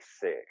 sick